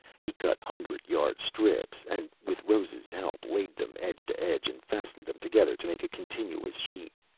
he cut hundred-yard strips, and, with rose's help, laid them edge to edge and fastened them together to make a continuous sheet.